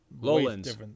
Lowlands